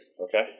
Okay